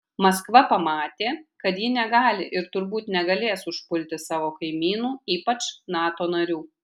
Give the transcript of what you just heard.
maskva pamatė kad ji negali ir turbūt negalės užpulti savo kaimynų ypač nato narių